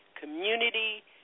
community